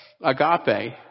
agape